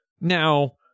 now